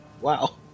Wow